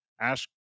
Ask